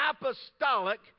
apostolic